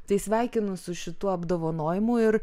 tai sveikinu su šituo apdovanojimu ir